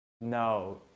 No